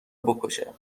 بکشه